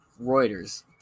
Reuters